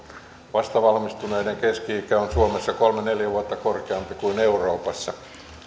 vastavalmistuneiden keski ikä on suomessa kolme viiva neljä vuotta korkeampi kuin euroopassa